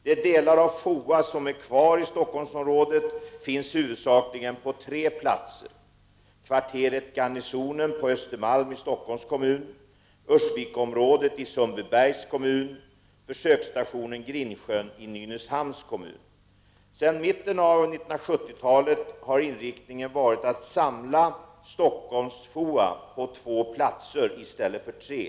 De delar av FOA som är kvar i Stockholmsområdet finns huvudsakligen på tre platser: Sedan mitten av 1970-talet har inriktningen varit att samla Stockholms FOA på två platser i stället för tre.